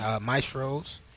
Maestro's